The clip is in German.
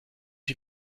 die